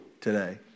today